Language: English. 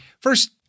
First